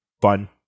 Fun